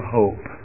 hope